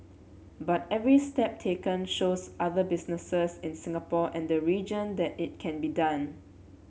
but every step taken shows other businesses in Singapore and the region that it can be done